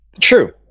true